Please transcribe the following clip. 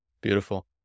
Beautiful